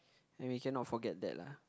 and we cannot forget that lah